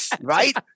right